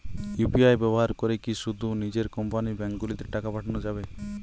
UPI ব্যবহার করে কি শুধু নিজের কোম্পানীর ব্যাংকগুলিতেই টাকা পাঠানো যাবে?